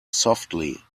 softly